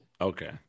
okay